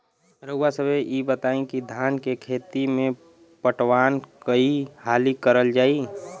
रउवा सभे इ बताईं की धान के खेती में पटवान कई हाली करल जाई?